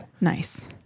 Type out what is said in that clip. nice